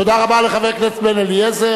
תודה רבה לחבר הכנסת בן-אליעזר,